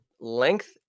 length